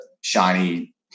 shiny